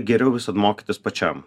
geriau visad mokytis pačiam